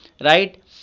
right